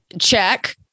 check